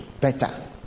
better